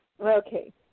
Okay